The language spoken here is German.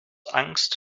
angst